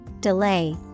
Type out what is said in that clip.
delay